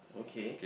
okay